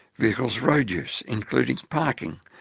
vehicles' road use, including parking,